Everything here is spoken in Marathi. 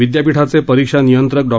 विद्यापीठाचे परीक्षा नियंत्रक डॉ